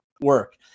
work